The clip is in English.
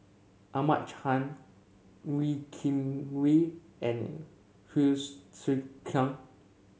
Ahmad Khan Wee Kim Wee and Hsu Tse Kwang